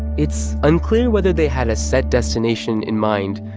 it's unclear whether they had a set destination in mind.